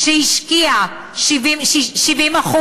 שהשקיעה 70%,